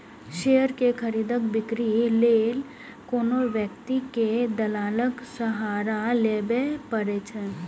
share के खरीद, बिक्री लेल कोनो व्यक्ति कें दलालक सहारा लेबैए पड़ै छै